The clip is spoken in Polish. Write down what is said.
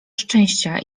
szczęścia